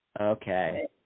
Okay